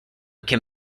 can